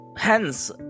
Hence